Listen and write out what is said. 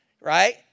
right